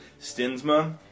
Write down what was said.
Stinsma